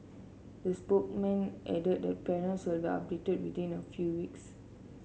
the spokesman added that parents will be updated within a few weeks